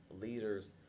leaders